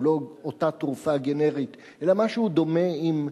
הוא לא אותה תרופה גנרית, אלא משהו דומה עם,